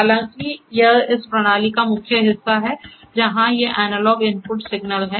हालाँकि यह इस प्रणाली का मुख्य हिस्सा है जहाँ ये एनालॉग इनपुट सिग्नल हैं